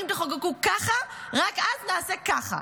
אם תחוקקו ככה, רק אז נעשה ככה.